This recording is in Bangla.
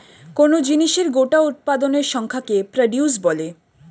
কোন জিনিসের গোটা উৎপাদনের সংখ্যাকে প্রডিউস বলে